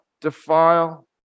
defile